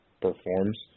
performs